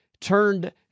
turned